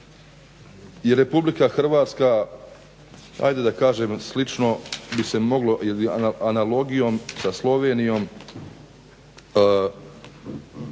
je Republika Hrvatska da kažem slično bi se moglo ili analogijom sa Slovenijom